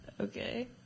Okay